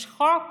יש חוק